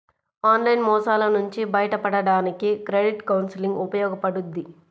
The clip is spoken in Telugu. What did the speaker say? ఆన్లైన్ మోసాల నుంచి బయటపడడానికి క్రెడిట్ కౌన్సిలింగ్ ఉపయోగపడుద్ది